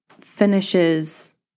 finishes